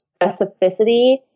specificity